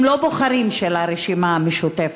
הם לא בוחרים של הרשימה המשותפת,